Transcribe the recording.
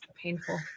painful